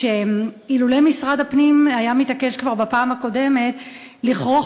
שאילולא התעקש משרד הפנים כבר בפעם הקודמת לכרוך